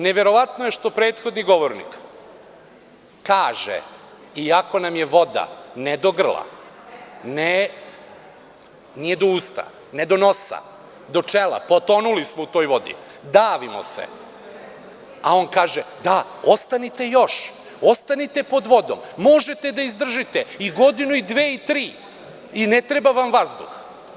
Neverovatno je što prethodni govornik kaže iako nam je voda, ne do grla, ne do usta, ne do nosa, do čela, potonuli smo u toj vodi, davimo se, a on kaže – da, ostanite još, ostanite pod vodom, možete da izdržite i godinu i dve i tri i ne treba vam vazduh.